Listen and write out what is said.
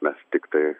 mes tiktai